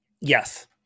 Yes